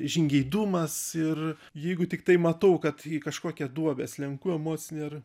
žingeidumas ir jeigu tiktai matau kad į kažkokią duobę slenku emocinę ar